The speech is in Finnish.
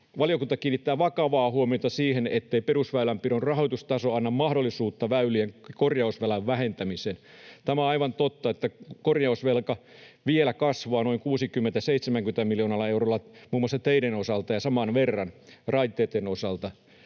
valiokunta kiinnittää vakavaa huomiota siihen, ettei perusväylänpidon rahoitustaso anna mahdollisuutta väylien korjausvelan vähentämiseen. Tämä on aivan totta. Korjausvelka vielä kasvaa noin 60—70 miljoonalla eurolla muun muassa teiden osalta ja saman verran raiteitten osalta.